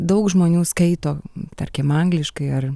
daug žmonių skaito tarkim angliškai ar